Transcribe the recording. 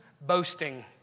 boasting